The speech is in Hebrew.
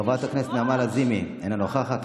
חברת הכנסת נעמה לזימי, אינה נוכחת.